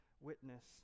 witness